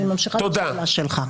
אני ממשיכה את השאלה שלך.